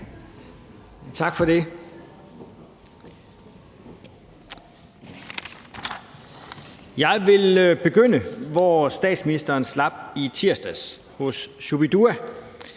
Tak for det. Jeg vil begynde, hvor statsministerens slap i tirsdags, nemlig hos Shu-bi-dua.